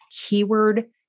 keyword